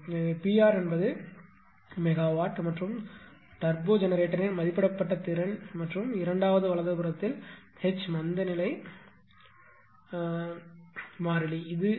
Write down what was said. எங்கே P r என்பது megawatt மற்றும் டர்போ ஜெனரேட்டரின் மதிப்பிடப்பட்ட திறன் மற்றும் இரண்டாவது வலதுபுறத்தில் H மந்தநிலை மாறிலி இது